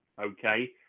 okay